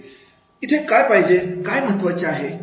इथे काय पाहिजे काय महत्त्वाचे आहे